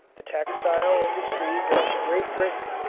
the textile industries of great britain,